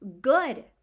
good